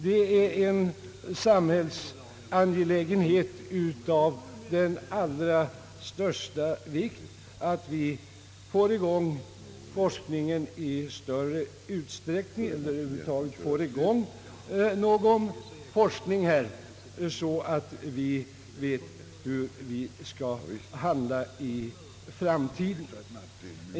Det är en samhällsangelägenhet av allra största vikt att vi får till stånd en forskning i större utsträckning eller över huvud taget får till stånd en forskning så att vi vet hur vi skall handla i framtiden.